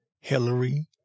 Hillary